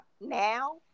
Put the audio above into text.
Now